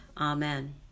Amen